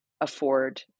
afford